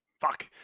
fuck